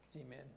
Amen